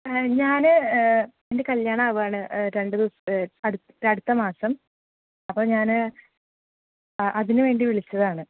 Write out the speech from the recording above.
ഞാൻ എൻ്റെ കല്യാണമാവുവാണ് രണ്ട് ദിവസ അടുത്ത മാസം അപ്പോൾ ഞാൻ അതിനുവേണ്ടി വിളിച്ചതാണ്